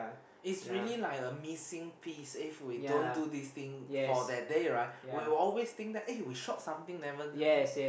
it's really like a missing piece if we don't do this thing for that day right we were always think that eh we short something never done that